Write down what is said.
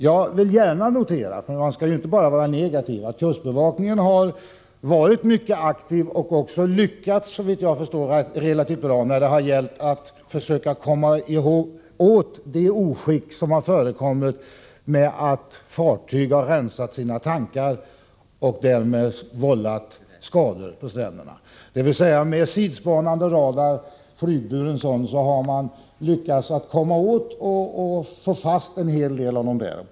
Man skall ju inte vara negativ, så jag vill också gärna notera att kustbevakningen varit mycket aktiv och också lyckats relativt bra när det gäller oskicket att fartyg har rensat sina tankar och därmed vållat skador på stränderna. Detta arbete har bedrivits med flygburen sidspaningsradar, och man har lyckats komma åt och sätta fast en hel del av de fartygen.